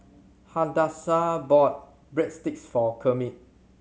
Hadassah bought Breadsticks for Kermit